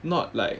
not like